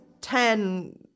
ten